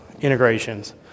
integrations